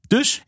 Dus